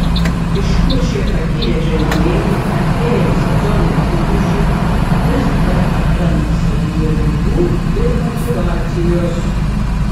iš kur šie patyrę žaidėjai artėjant sezono finišui vis dar atranda savyje jėgų ir motyvacijos